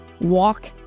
walk